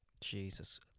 Jesus